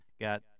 got